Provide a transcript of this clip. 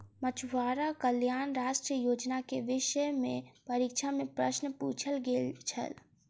मछुआरा कल्याण राष्ट्रीय योजना के विषय में परीक्षा में प्रश्न पुछल गेल छल